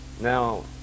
now